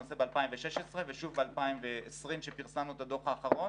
למעשה ב-2016 ושוב ב-2020 שפרסמנו את הדוח האחרון,